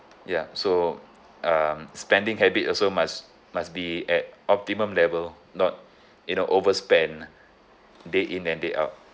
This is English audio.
ya so um spending habit also must must be at optimum level not you know overspend day in and day out